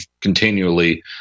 continually